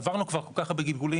עברנו כבר כל כך הרבה גלגולים.